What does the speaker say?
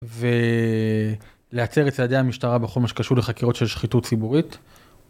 ולהצר את צעדי המשטרה בכל מה שקשור לחקירות של שחיתות ציבורית.